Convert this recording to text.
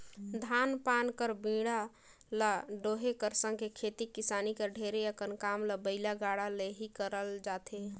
धान पान कर बीड़ा ल डोहे कर संघे खेती किसानी कर ढेरे अकन काम ल बइला गाड़ा ले ही करल जाथे